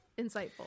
insightful